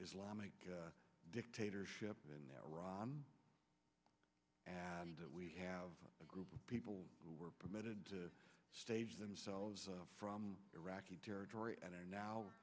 islamic dictatorship in iran and we have a group of people who were permitted to stage themselves from iraqi territory and are now